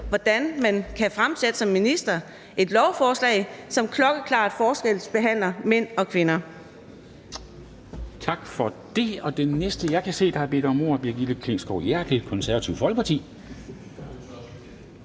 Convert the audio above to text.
hvordan man som minister kan fremsætte et lovforslag, som klokkeklart forskelsbehandler mænd og kvinder.